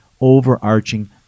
overarching